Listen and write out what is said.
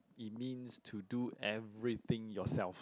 it means to do everything yourself